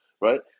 right